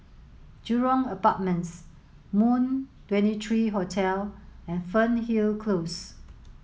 Jurong Apartments Moon twenty three Hotel and Fernhill Close